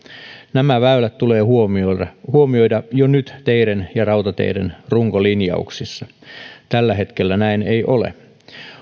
nämä väylät tulee huomioida huomioida jo nyt teiden ja rautateiden runkolinjauksissa tällä hetkellä näin ei ole